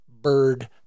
Bird